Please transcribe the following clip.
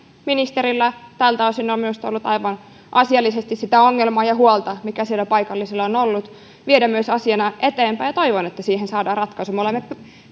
ministerille tältä osin on myös tullut aivan asiallisesti sitä ongelmaa ja huolta mikä siellä paikallisilla on ollut viedä myös asiana eteenpäin ja toivon että siihen saadaan ratkaisu me olemme